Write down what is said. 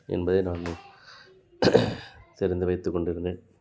என்பதை நான் தெரிந்து வைத்து கொண்டிருந்தேன்